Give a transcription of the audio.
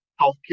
healthcare